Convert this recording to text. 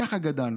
ככה גדלנו,